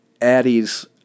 Addie's